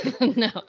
No